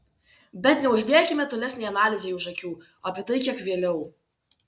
bet neužbėkime tolesnei analizei už akių apie tai kiek vėliau